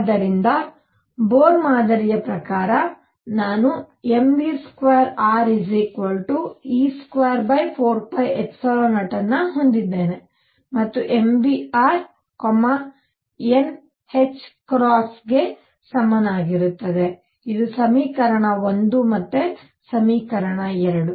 ಆದ್ದರಿಂದ ಬೋರ್ ಮಾದರಿಯ ಪ್ರಕಾರ ನಾನು mv2re24π0ಅನ್ನು ಹೊಂದಿದ್ದೇನೆ ಮತ್ತು m v r n ಗೆ ಸಮನಾಗಿರುತ್ತದೆ ಇದು ಸಮೀಕರಣ 1 ಸಮೀಕರಣ 2